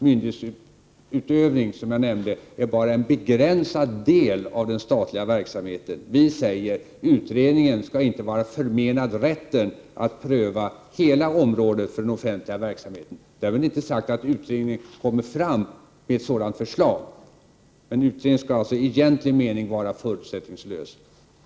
Myndighetsutövning, som jag nämnde, är bara en begränsad del av den statliga verksamheten. Vi säger att utredningen inte skall vara förmenad rätten att pröva hela området för den offentliga verksamheten. Därmed inte sagt att utredningen kommer fram med ett så omfattande förslag, men den skall i egentlig mening vara förutsättningslös.